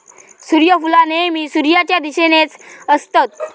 सुर्यफुला नेहमी सुर्याच्या दिशेनेच असतत